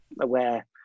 aware